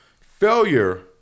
Failure